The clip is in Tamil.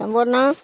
சம்பூர்ணா